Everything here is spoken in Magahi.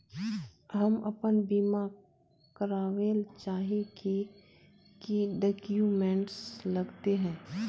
हम अपन बीमा करावेल चाहिए की की डक्यूमेंट्स लगते है?